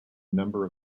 number